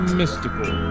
mystical